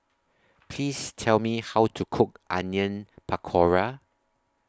Please Tell Me How to Cook Onion Pakora